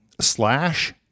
slash